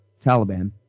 Taliban